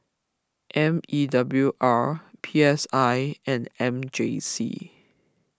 M E W R P S I and M J C